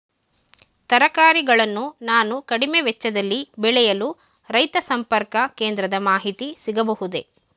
ತರಕಾರಿಗಳನ್ನು ನಾನು ಕಡಿಮೆ ವೆಚ್ಚದಲ್ಲಿ ಬೆಳೆಯಲು ರೈತ ಸಂಪರ್ಕ ಕೇಂದ್ರದ ಮಾಹಿತಿ ಸಿಗಬಹುದೇ?